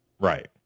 Right